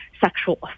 sexual